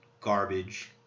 garbage